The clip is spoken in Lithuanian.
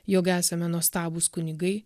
jog esame nuostabūs kunigai